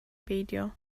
beidio